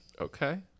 Okay